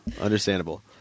Understandable